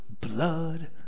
blood